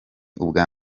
ubwa